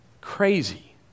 crazy